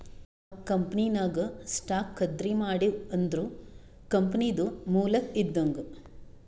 ನಾವ್ ಕಂಪನಿನಾಗ್ ಸ್ಟಾಕ್ ಖರ್ದಿ ಮಾಡಿವ್ ಅಂದುರ್ ಕಂಪನಿದು ಮಾಲಕ್ ಇದ್ದಂಗ್